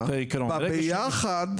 בביחד,